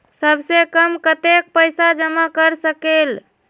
सबसे कम कतेक पैसा जमा कर सकेल?